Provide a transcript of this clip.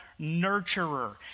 nurturer